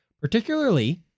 particularly